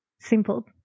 Simple